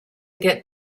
get